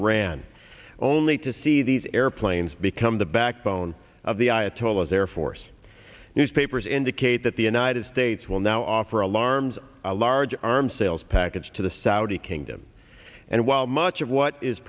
iran only to see these airplanes become the backbone of the ayatollahs air force newspapers indicate that the united states will now offer alarms a large arms sales package to the saudi kingdom and while much of what is